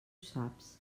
saps